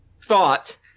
thought